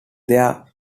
their